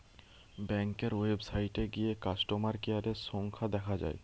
ব্যাংকের ওয়েবসাইটে গিয়ে কাস্টমার কেয়ারের সংখ্যা দেখা যায়